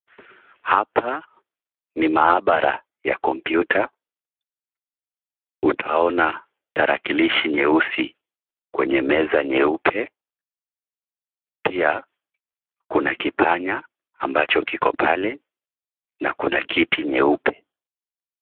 Hapa ni mahabara ya kompyuta. Utaona tarakilishi nyeusi kwenye meza nyeupe, pia kuna kipanya ambacho kiko pale na kuna kiti nyeupe.